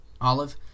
Olive